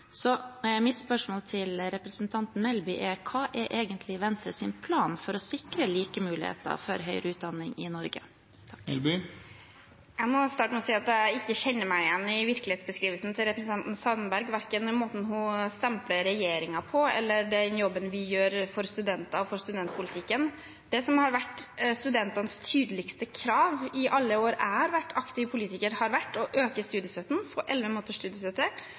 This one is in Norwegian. Så mitt spørsmål til representanten Melby er: Hva er egentlig Venstres plan for å sikre like muligheter for høyere utdanning i Norge? Jeg må starte med å si at jeg ikke kjenner meg igjen i virkelighetsbeskrivelsen til representanten Sandberg, verken når det gjelder måten hun stempler regjeringen på, eller den jobben vi gjør for studenter og for studentpolitikken. Det som har vært studentenes tydeligste krav i alle år jeg har vært aktiv politiker, har vært å øke studiestøtten, få elleve måneders studiestøtte, og få opp farta på